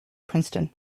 princeton